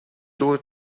two